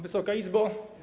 Wysoka Izbo!